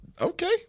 Okay